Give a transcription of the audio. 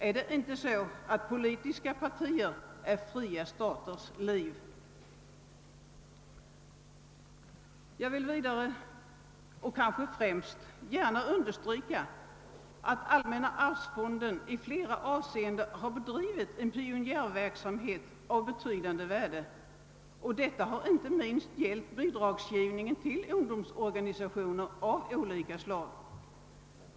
Är det inte så att politiska partier är fria staters liv? Jag vill vidare, och kanske främst, gärna understryka att allmänna arvsfonden i flera avseenden har bedrivit en pionjärverksamhet av betydande värde, vilket inte minst har gällt bidragsgivningen till ungdomsorganisationer av olika slag.